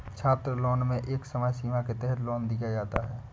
छात्रलोन में एक समय सीमा के तहत लोन को दिया जाता है